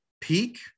peak